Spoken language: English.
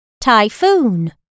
Typhoon